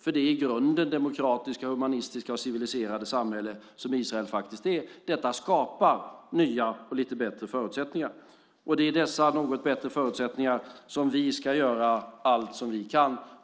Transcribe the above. för det är i grunden ett demokratiskt, humanistiskt och civiliserat samhälle Israel är. Detta skapar nya och lite bättre förutsättningar Det är med dessa något bättre förutsättningar som vi ska göra allt som vi kan.